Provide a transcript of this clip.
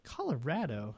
Colorado